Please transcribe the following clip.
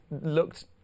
looked